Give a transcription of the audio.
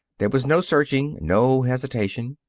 there was no searching, no hesitation.